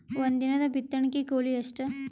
ಒಂದಿನದ ಬಿತ್ತಣಕಿ ಕೂಲಿ ಎಷ್ಟ?